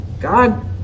God